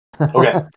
Okay